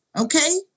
okay